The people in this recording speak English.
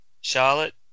Charlotte